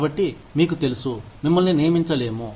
కాబట్టి మీకు తెలుసు మిమ్మల్ని నియమించలేము